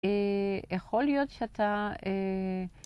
יכול להיות שאתה...